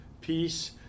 peace